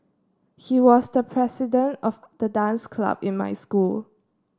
he was the president of the dance club in my school